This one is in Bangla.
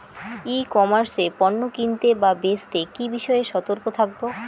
ই কমার্স এ পণ্য কিনতে বা বেচতে কি বিষয়ে সতর্ক থাকব?